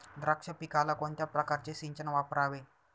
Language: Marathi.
द्राक्ष पिकाला कोणत्या प्रकारचे सिंचन वापरावे?